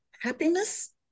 happiness